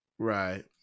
Right